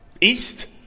east